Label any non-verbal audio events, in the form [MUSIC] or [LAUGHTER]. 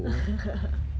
[LAUGHS]